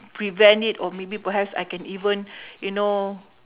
prevent it or maybe perhaps I can even you know